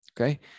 okay